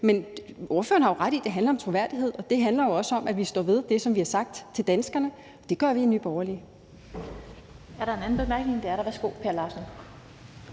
Men ordføreren har jo ret i, at det handler om troværdighed, og det handler jo også om, at vi står ved det, som vi har sagt til danskerne, og det gør vi i Nye Borgerlige.